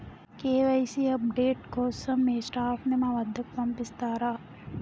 KYC update కోసం మీ staff ని మా వద్దకు పంపిస్తారా?